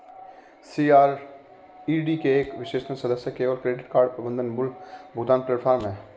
CRED एक विशेष सदस्य केवल क्रेडिट कार्ड प्रबंधन और बिल भुगतान प्लेटफ़ॉर्म है